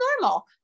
normal